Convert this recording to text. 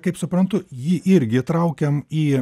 kaip suprantu jį irgi įtraukiam į